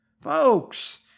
Folks